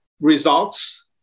results